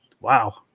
wow